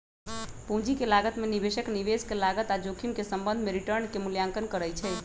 पूंजी के लागत में निवेशक निवेश के लागत आऽ जोखिम के संबंध में रिटर्न के मूल्यांकन करइ छइ